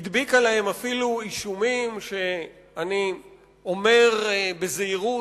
הדביקה להם אפילו אישומים, ואני אומר בזהירות,